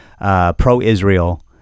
pro-Israel